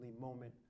moment